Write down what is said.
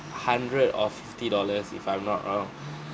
hundred or fifty dollars if I'm not wrong